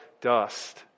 dust